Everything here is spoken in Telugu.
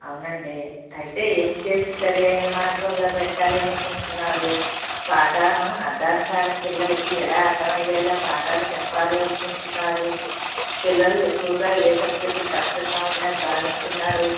అవును అండి అయితే ఏమి చేసి సరి అయిన మార్గంలో పెట్టాలి అని అనుకుంటున్నారు పాఠం అర్థం కాని పిల్లలకి ఎలా అర్థం అయ్యేలా పాఠాలు చెప్పాలి అని అనుకుంటున్నారు పిల్లలు ఎక్కువగా ఏ సబ్జెక్టులు కష్టంగా ఉంది అని భావిస్తున్నారు